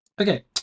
Okay